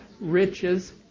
riches